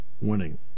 winning